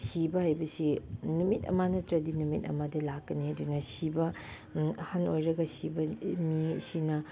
ꯁꯤꯕ ꯍꯥꯏꯕꯁꯤ ꯅꯨꯃꯤꯠ ꯑꯃ ꯅꯠꯇ꯭ꯔꯗꯤ ꯅꯨꯃꯤꯠ ꯑꯃꯗꯤ ꯂꯥꯛꯀꯅꯤ ꯑꯗꯨꯅ ꯁꯤꯕ ꯑꯍꯟ ꯑꯣꯏꯔꯒ ꯁꯤꯕ ꯃꯤꯁꯤꯅ